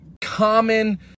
common